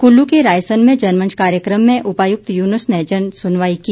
कुल्लू के रायसन में जनमंच कार्यक्रम में उपायुक्त युनुस ने जन सुनवाई की